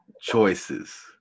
choices